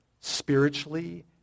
spiritually